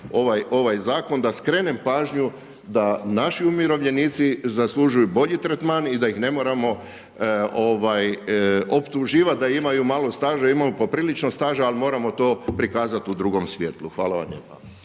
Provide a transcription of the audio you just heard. ovaj Zakon da skrenem pažnju da naši umirovljenici zaslužuju bolji tretman i da ih ne moramo optuživati da imaju malo staža. Imaju poprilično staža, ali moramo to prikazati u drugom svjetlu. Hvala vam